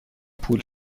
پول